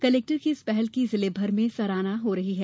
collector की इस पहल की जिले भर में सराहना हो रही है